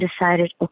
decided